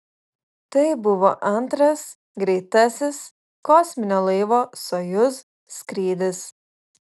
tai buvo antras greitasis kosminio laivo sojuz skrydis